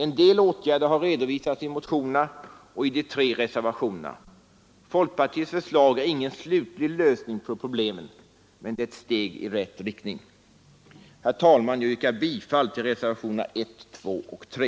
En del åtgärder har redovisats i motionerna och i de tre reservationerna. Folkpartiets förslag är ingen slutlig lösning på problemen, men det är ett steg i rätt riktning. Herr talman! Jag yrkar bifall till reservationerna 1, 2 och 3.